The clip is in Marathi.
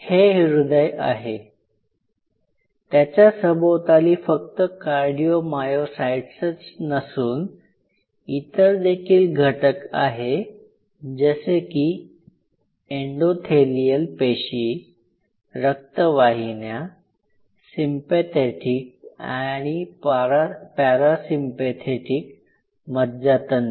हे हृदय आहे त्याच्या सभोवताली फक्त कार्डिओमायोसाईट्सच नसून इतर देखील घटक आहेत जसे की एंडोथेलियल पेशी रक्तवाहिन्या सिम्पेथेटिक आणि पॅरासिम्पेथेटिक मज्जातंतू